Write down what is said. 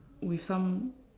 with some